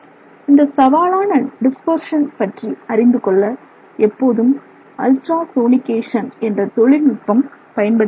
இந்த சவாலான டிஸ்பர்ஷன் பற்றி அறிந்துகொள்ள எப்போதும் அல்ட்ராசோனிக்கேசன் என்ற தொழில்நுட்பம் பயன்படுத்தப்படுகிறது